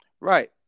Right